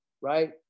right